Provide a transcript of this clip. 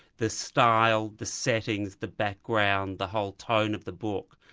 the style, the settings, the background, the whole tone of the book,